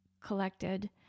collected